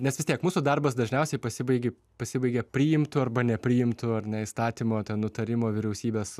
nes vis tiek mūsų darbas dažniausiai pasibaigi pasibaigia priimtu arba nepriimtu ar ne įstatymo nutarimo vyriausybės